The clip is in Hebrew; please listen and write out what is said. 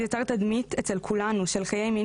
זה יוצר תדמית אצל כולנו של חיי מין